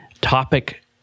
topic